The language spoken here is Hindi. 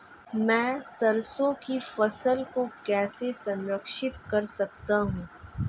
मैं सरसों की फसल को कैसे संरक्षित कर सकता हूँ?